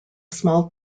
small